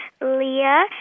Leah